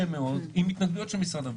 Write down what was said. מאוד פה עם התנגדויות של משרד הבריאות.